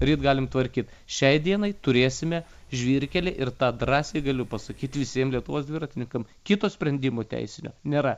ryt galim tvarkyt šiai dienai turėsime žvyrkelį ir tą drąsiai galiu pasakyti visiems lietuvos dviratininkam kito sprendimo teisinio nėra